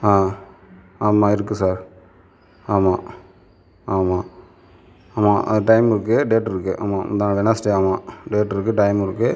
ஆமாம் இருக்குது சார் ஆமாம் ஆமாம் ஆமாம் அது டைம் இருக்குது டேட் இருக்குது ஆமாம் முந்தாநாள் வெட்னஸ்டே வாங்குனோம் டேட் இருக்குது டைம் இருக்குது